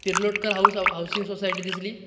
Tirlotkar house housing society दिसली